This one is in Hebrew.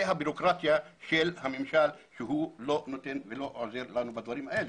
זאת הבירוקרטיה של הממשל שלא נותן ולא עוזר בדברים האלה.